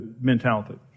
mentality